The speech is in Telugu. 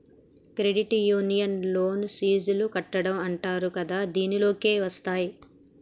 క్రెడిట్ యూనియన్ లోన సిప్ లు కట్టడం అంటరు కదా దీనిలోకే వస్తాయ్